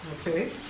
Okay